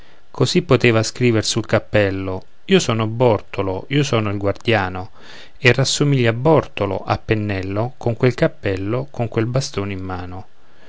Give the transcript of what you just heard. così poteva scriver sul cappello io son bortolo io sono il guardiano e rassomiglia a bortolo a pennello con quel cappel con quel bastone in mano